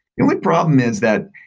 the only problem is that,